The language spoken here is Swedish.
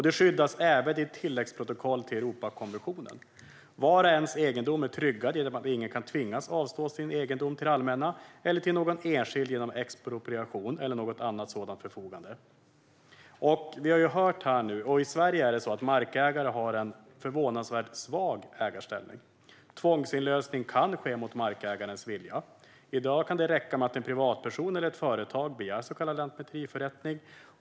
Den skyddas även i ett tilläggsprotokoll till Europakonventionen. Vars och ens egendom är tryggad genom att ingen kan tvingas att avstå sin egendom till det allmänna eller till någon enskild genom expropriation eller något annat sådant förfarande. I Sverige har markägare en förvånansvärt svag ägarställning. Tvångsinlösning kan ske mot markägarens vilja. I dag kan det räcka med att en privatperson eller ett företag begär en så kallad lantmäteriförrättning.